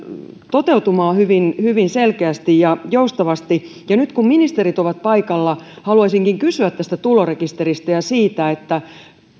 toteutumaan hyvin hyvin selkeästi ja joustavasti ja nyt kun ministerit ovat paikalla haluaisinkin kysyä tästä tulorekisteristä ja siitä